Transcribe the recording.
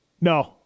No